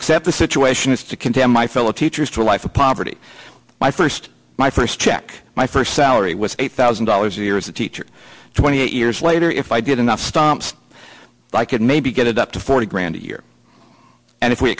accept the situation is to condemn my fellow teachers to a life of poverty my first my first check my first salary was eight thousand dollars a year as a teacher twenty eight years later if i did enough stops i could maybe get it up to forty grand a year and if we